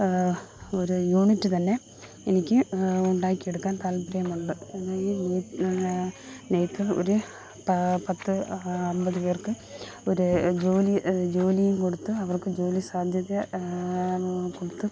ഒരു യൂണിറ്റ് തന്നെ എനിക്ക് ഉണ്ടാക്കിയെടുക്കാൻ താല്പര്യമുണ്ട് എന്നാൽ ഈ നെയ് നെയ്ത്ത് ഒരു പത്ത് അമ്പത് പേർക്ക് ഒരു ജോലി ജോലിയും കൊടുത്ത് അവർക്ക് ജോലി സാധ്യത കൊടുത്ത്